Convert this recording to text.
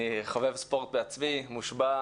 אני חובב ספורט מושבע.